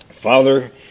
Father